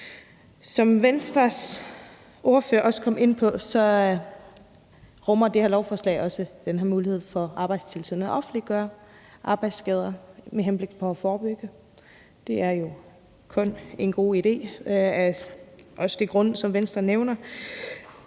Som Venstres ordfører også kom ind på, rummer det her lovforslag også den her mulighed for, at Arbejdstilsynet offentliggør arbejdsskader med henblik på at forebygge. Det er jo kun en god idé, også af de grunde, som Venstre nævner.